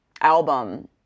album